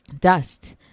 dust